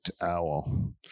owl